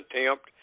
attempt